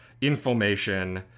inflammation